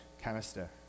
canister